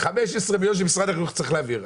15 מיליון שקלים שמשרד החינוך צריך להעביר.